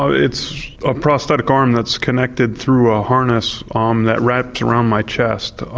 ah it's a prosthetic arm that's connected through a harness um that wraps around my chest.